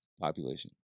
population